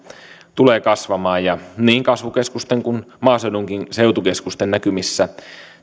tulee kasvamaan ja niin kasvukeskusten kuin maaseudunkin seutukeskusten näkymissä